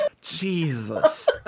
Jesus